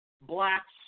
blacks